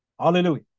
Hallelujah